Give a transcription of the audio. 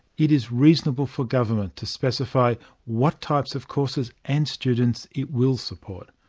it is reasonable for government to specify what types of courses and students it will support.